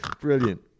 Brilliant